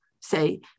say